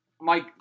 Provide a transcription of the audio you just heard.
Mike